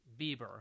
Bieber